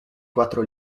quattro